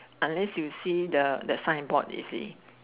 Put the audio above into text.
unless you see the the sign board you see